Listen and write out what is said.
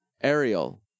Ariel